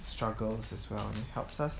struggles as well and it helps us